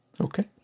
Okay